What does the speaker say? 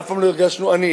ואף פעם לא הרגשנו עניים.